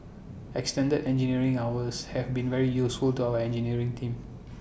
extended engineering hours have been very useful to our engineering team